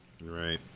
Right